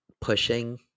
pushing